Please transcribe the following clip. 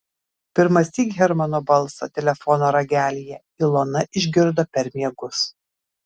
pirmąsyk hermano balsą telefono ragelyje ilona išgirdo per miegus